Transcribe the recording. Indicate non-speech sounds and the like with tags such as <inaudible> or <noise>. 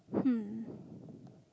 hmm <breath>